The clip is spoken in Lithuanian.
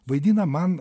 vaidina man